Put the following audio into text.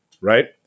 right